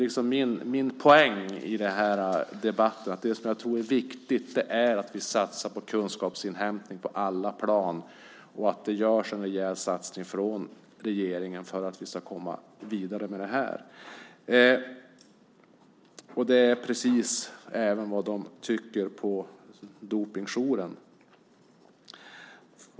Min poäng i den här debatten är att det som är viktigt är att vi satsar på kunskapsinhämtning på alla plan och att det görs en rejäl satsning från regeringen för att vi ska komma vidare med det här. Det är precis vad de tycker även på Dopingjouren.